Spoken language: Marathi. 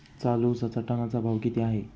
चालू उसाचा टनाचा भाव किती आहे?